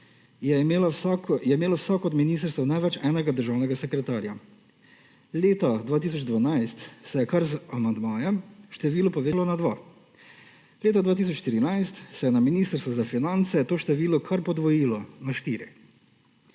je imelo vsako od ministrstev največ enega državnega sekretarja, leta 2012 se je kar z amandmajem število povečalo na dva, leta 2014 se je na Ministrstvu za finance to število kar podvojilo – na štiri.